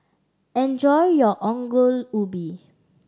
enjoy your Ongol Ubi